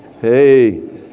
Hey